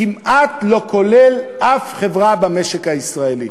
כמעט לא כולל אף חברה במשק הישראלי.